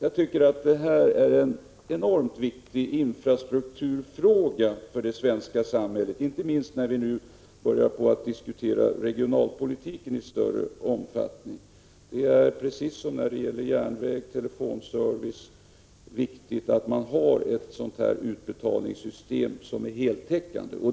Jag tycker att detta är en enormt viktig infrastrukturfråga för det svenska samhället, inte minst när vi nu börjar diskutera regionalpolitik i större omfattning. Det är, precis som när det gäller järnvägsoch telefonservice, viktigt att ha ett utbetalningssystem som är heltäckande.